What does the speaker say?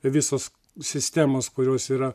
visos sistemos kurios yra